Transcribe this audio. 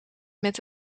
met